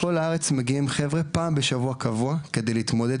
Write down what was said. מגיעים חבר'ה פעם בשבוע קבוע כדי להתמודד